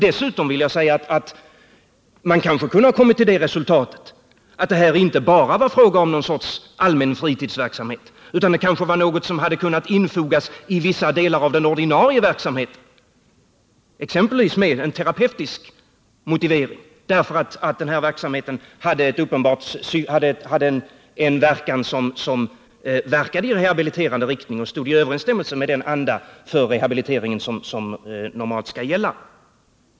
Dessutom vill jag säga att man kanske kunde ha kommit till resultatet att det här inte bara var fråga om någon sorts allmän fritidsverksamhet, utan det kanske var något som hade kunnat infogats i vissa delar av den ordinarie verksamheten, exempelvis med en terapeutisk motivering, därför att det verkade i rehabiliterande riktning och stod i överensstämmelse med den anda för rehabiliteringen som normalt skall gälla.